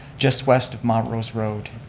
just west of montrose road.